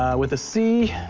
um with a c,